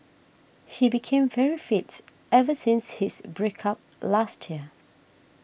he became very fit ever since his break up last year